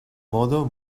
modo